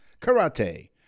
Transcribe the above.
Karate